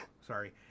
sorry